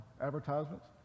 advertisements